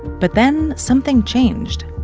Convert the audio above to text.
but then something changed.